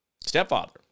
stepfather